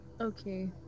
Okay